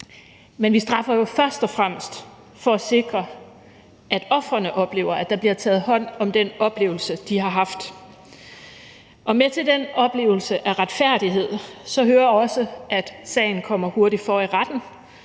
Men vi straffer først og fremmest for at sikre, at ofrene oplever, at der bliver taget hånd om den oplevelse, de har haft. Og med til den oplevelse af retfærdighed hører også, at sagen kommer hurtigt for retten,